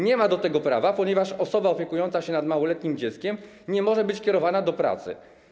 Nie ma do tego prawa, ponieważ osoba opiekująca się małoletnim dzieckiem nie może być kierowana do pracy.